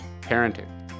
parenting